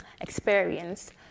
experience